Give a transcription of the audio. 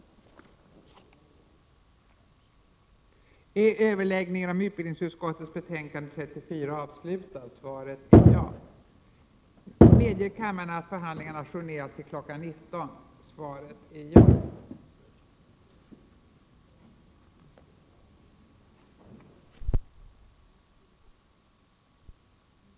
Talmannen meddelade att dessa betänkanden skulle debatteras gemensamt.